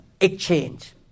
exchange